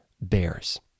bears